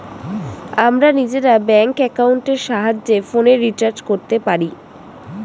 আমরা নিজেরা ব্যাঙ্ক অ্যাকাউন্টের সাহায্যে ফোনের রিচার্জ করতে পারি